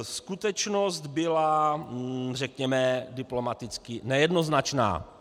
Skutečnost byla, řekněme, diplomaticky nejednoznačná.